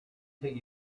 till